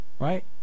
Right